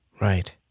Right